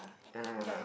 ya lah ya lah